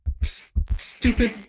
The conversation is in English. stupid